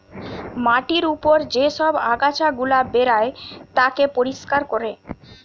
মাটির উপর যে সব আগাছা গুলা বেরায় তাকে পরিষ্কার কোরে